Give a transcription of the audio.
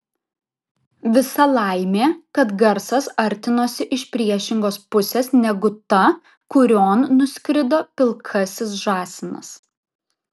visa laimė kad garsas artinosi iš priešingos pusės negu ta kurion nuskrido pilkasis žąsinas